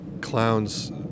clowns